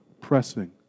pressing